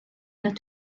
out